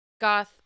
goth